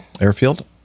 Airfield